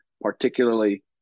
particularly